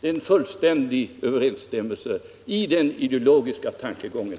Det är en fullständig överensstämmelse i den ideologiska tankegången.